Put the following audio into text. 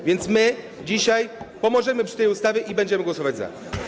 A więc my dzisiaj pomożemy przy tej ustawie i będziemy głosować za.